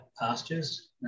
pastures